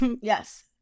Yes